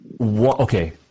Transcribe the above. Okay